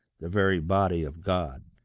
the very body of god.